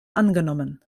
angenommen